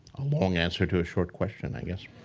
a long answer to a short question, i guess.